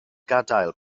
gadael